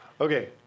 Okay